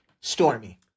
Stormy